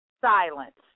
silence